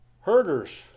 herders